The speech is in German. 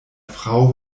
frau